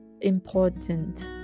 important